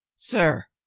sir,